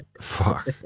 Fuck